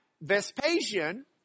Vespasian